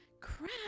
Crap